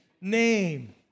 name